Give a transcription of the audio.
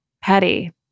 Petty